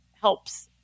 helps